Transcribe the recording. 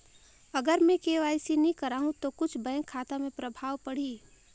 अगर मे के.वाई.सी नी कराहू तो कुछ बैंक खाता मे प्रभाव पढ़ी?